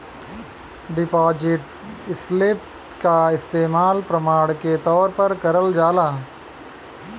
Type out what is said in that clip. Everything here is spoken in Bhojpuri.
डिपाजिट स्लिप क इस्तेमाल प्रमाण के तौर पर करल जाला